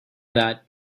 that